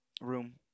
room